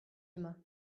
emañ